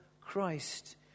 Christ